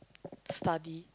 study